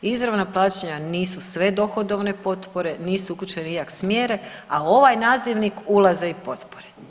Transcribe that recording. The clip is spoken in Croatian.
Izravna plaćanja nisu sve dohodovne potpore, nisu uključene IAKS mjere, a u ovaj nazivnik ulaze i potpore.